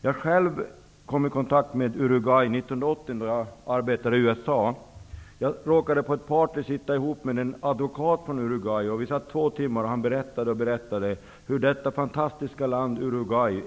Jag kom själv i kontakt med Uruguay 1980, då jag arbetade i USA. Jag träffade en advokat från Uruguay på ett party, och vi satt och pratade i två timmar. Han berättade om detta fantastiska land,